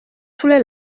sulle